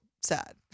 sad